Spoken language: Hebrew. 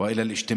להלן תרגומם: